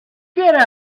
get